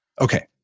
Okay